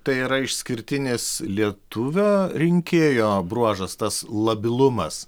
tai yra išskirtinis lietuvio rinkėjo bruožas tas labilumas